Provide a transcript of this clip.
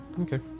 Okay